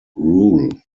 rule